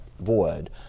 void